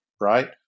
right